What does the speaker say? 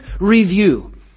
review